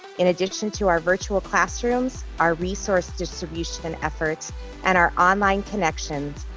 in addition to our virtual classrooms, our resource distribution efforts and our online connections,